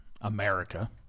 America